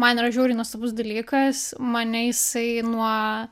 man yra žiauriai nuostabus dalykas mane jisai nuo